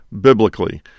biblically